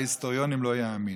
ההיסטוריונים לא יאמינו,